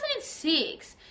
2006